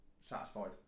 satisfied